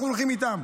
אנחנו הולכים איתם.